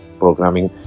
programming